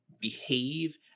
behave